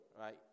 right